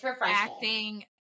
acting